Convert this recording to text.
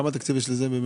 כמה תקציב יש לזה?